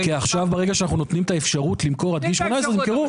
כי עכשיו ברגע שאנחנו נותנים את האפשרות למכור עד גיל 18 אז ימכרו.